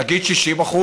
נגיד 60%,